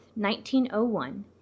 1901